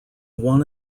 one